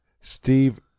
Steve